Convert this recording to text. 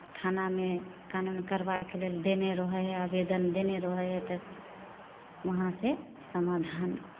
थानामे कानून कार्यवाहीके लेल देने रहै हइ आवेदन देने रहै हइ तऽ वहाँसँ समाधान